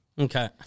Okay